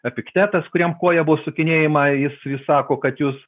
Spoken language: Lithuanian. epiktetas kuriam koja buvo sukinėjama jis jis sako kad jūs